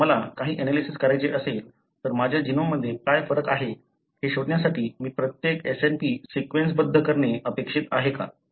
जर मला काही एनालिसिस करायचे असेल तर माझ्या जीनोममध्ये काय फरक आहे हे शोधण्यासाठी मी प्रत्येक SNP सीक्वेन्सबद्ध करणे अपेक्षित आहे का